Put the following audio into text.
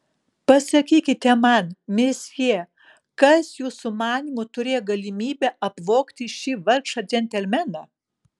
pasakykite man mesjė kas jūsų manymu turėjo galimybę apvogti šį vargšą džentelmeną